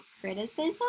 criticism